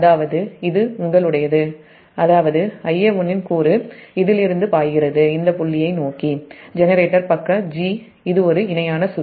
அதாவது இது உங்களுடையது அதாவது Ia1 இன் கூறு இதிலிருந்து பாய்கிறது இந்த புள்ளியை நோக்கி ஜெனரேட்டர் பக்க 'g' இது ஒரு இணையான சுற்று